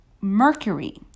Mercury